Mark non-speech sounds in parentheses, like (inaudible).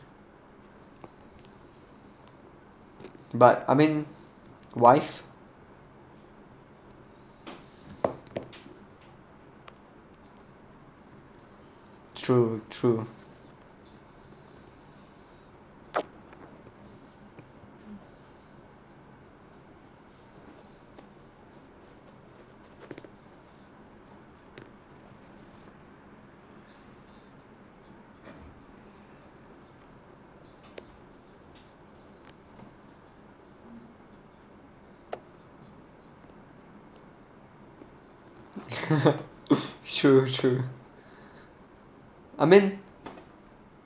but I mean wife true true (laughs) true true I mean